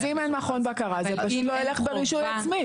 אז אם אין מכון בקרה, זה פשוט לא ילך ברשות עצמי.